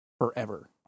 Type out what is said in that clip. forever